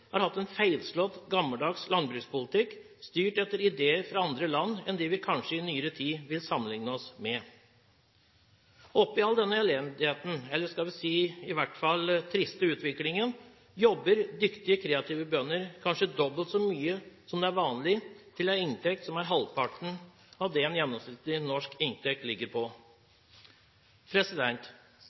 har hatt en feilslått, gammeldags landbrukspolitikk, styrt etter ideer fra andre land enn dem vi kanskje i nyere tid vil sammenligne oss med. Oppe i all denne elendigheten, eller skal vi i hvert fall si triste utviklingen, jobber dyktige, kreative bønder kanskje dobbelt så mye som er vanlig, til en inntekt som er halvparten av det en gjennomsnittlig norsk inntekt ligger på.